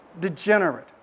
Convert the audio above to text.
degenerate